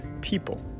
people